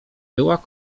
była